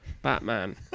batman